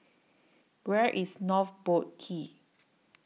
Where IS North Boat Quay